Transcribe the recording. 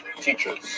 teachers